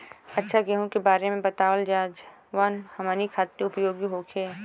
अच्छा गेहूँ के बारे में बतावल जाजवन हमनी ख़ातिर उपयोगी होखे?